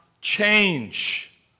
change